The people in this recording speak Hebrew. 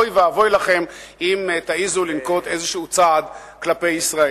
אוי ואבוי לכם אם תעזו לנקוט צעד כלשהו כלפי ישראל.